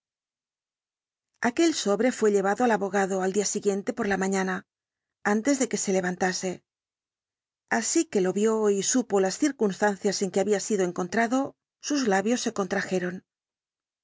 aquel sobre fué llevado al abogado al día siguiente por la mañana antes de que se levantase así que lo vio y supo las circunstancias en que había sido encontrado sus labios se contrajeron